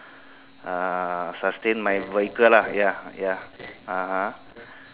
uh sustain my vehicle ah ya ya (uh huh)